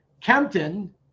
kempton